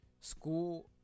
School